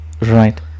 Right